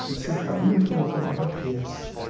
and see. how beautiful the beloved is,